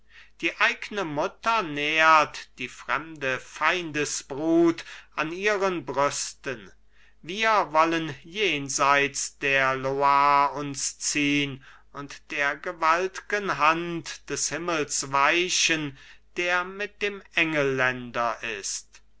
die eigne mutter nährt die fremde feindesbrut an ihren brüsten wir wollen jenseits der loire uns ziehn und der gewaltgen hand des himmels weichen der mit dem engelländer ist